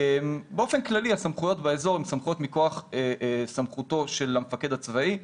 באופן כללי הסמכויות באזור הן סמכויות מכוח סמכותו של המפקד הצבאי.